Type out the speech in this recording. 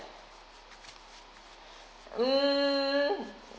mm